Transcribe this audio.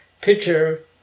picture